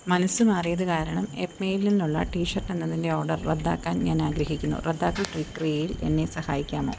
മനസ്സ് മാറിയതുകാരണം യെപ്മെയിൽ നിന്നുള്ള ടി ഷർട്ട് എന്നതിൻ്റെ ഓർഡർ റദ്ദാക്കാൻ ഞാനാഗ്രഹിക്കുന്നു റദ്ദാക്കൽ പ്രക്രിയയിൽ എന്നെ സഹായിക്കാമോ